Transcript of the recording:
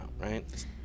right